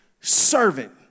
servant